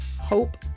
hope